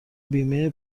بیمه